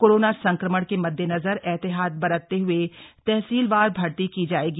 corona संक्रमण के मद्देनजर एहतियात बरतते हुए तहसीलवार भर्ती की जाएगी